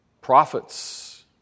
Prophets